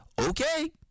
Okay